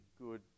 good